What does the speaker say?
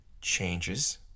changes